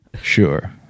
Sure